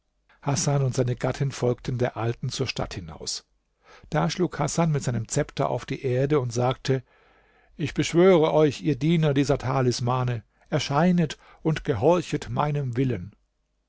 hasan und seine gattin folgten der alten zur stadt hinaus da schlug hasan mit seinem zepter auf die erde und sagte ich beschwöre euch ihr diener dieser talismane erscheinet und gehorchet meinem willen